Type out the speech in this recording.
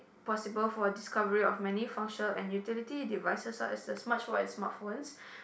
possible for discovery of many function and utility devices for as much for smart phones